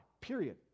Period